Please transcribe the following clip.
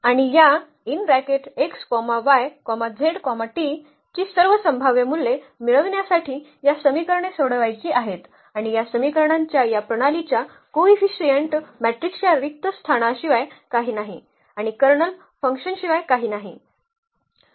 आणि या ची सर्व संभाव्य मूल्ये मिळविण्यासाठी या समीकरणे सोडवायची आहेत आणि या समीकरणांच्या या प्रणालीच्या कोइफिसिएंट मॅट्रिक्सच्या रिक्त स्थानाशिवाय काही नाही आणि कर्नल F शिवाय काही नाही